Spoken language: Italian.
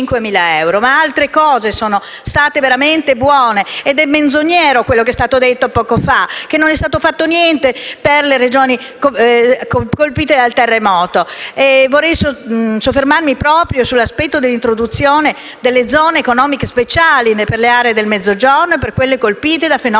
Ma altre misure sono state veramente buone ed è menzognero quanto detto poco fa: che non è stato fatto niente per le Regioni colpite dal terremoto. Vorrei soffermarmi proprio sull'aspetto dell'introduzione delle zone economiche speciali per le aree del Mezzogiorno e per quelle colpite da fenomeni